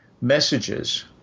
messages